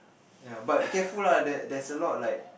ya but careful lah there there's a lot like